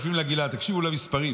החיל ביהודה למשמר.